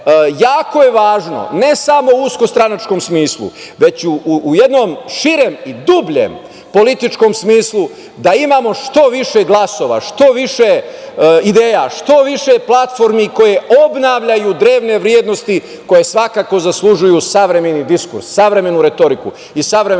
jako je važno, ne samo u usko stranačkom smislu, već u jednom širem i dubljem političkom smislu, da imamo što više glasova, što više ideja, što više platformi koje obnavljaju drevne vrednosti koje svakako zaslužuju savremeni diskurs, savremenu retoriku i savremenu